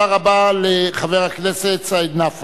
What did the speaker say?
הוא מדבר כרגע עם השרים נהרי